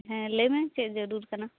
ᱦᱮᱸ ᱞᱮ ᱭᱢᱮ ᱪᱮᱫ ᱡᱟ ᱨᱩᱨ ᱠᱟᱱᱟ